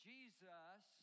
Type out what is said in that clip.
Jesus